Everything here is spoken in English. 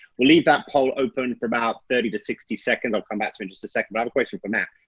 we'll leave that poll open for about thirty to sixty seconds. i'll come back to in just a second. another question from matt.